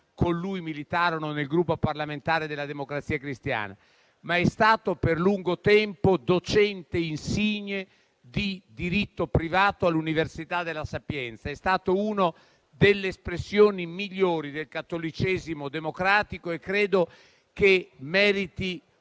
con lui militarono nel Gruppo parlamentare della Democrazia Cristiana. Ma è stato anche, per lungo tempo, docente insigne di diritto privato all'Università La Sapienza. È stato una tra le espressioni migliori del cattolicesimo democratico e credo che meriti iniziative